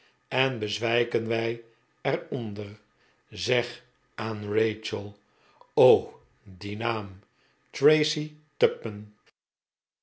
en bezwijken wij er onder zeg aan rachel o die naam tracy